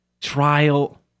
trial